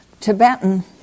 Tibetan